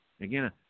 Again